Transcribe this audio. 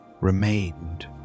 remained